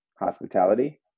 hospitality